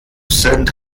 sind